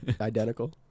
identical